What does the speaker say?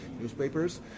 newspapers